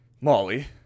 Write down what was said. Molly